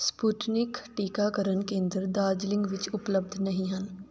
Sputnik ਟੀਕਾਕਰਨ ਕੇਂਦਰ ਦਾਰਜੀਲਿੰਗ ਵਿੱਚ ਉਪਲੱਬਧ ਨਹੀਂ ਹਨ